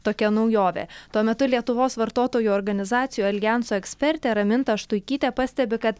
tokia naujovė tuo metu lietuvos vartotojų organizacijų aljanso ekspertė raminta štuikytė pastebi kad